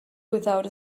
without